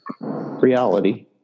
reality